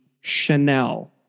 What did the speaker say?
Chanel